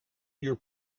your